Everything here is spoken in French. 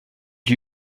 lui